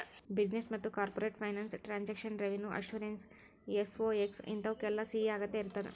business ಮತ್ತ corporate finance taxation revenue assurance SOX ಇಂತಾವುಕ್ಕೆಲ್ಲಾ CA ಅಗತ್ಯಇರ್ತದ